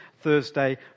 Thursday